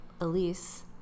Elise